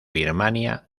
birmania